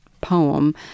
poem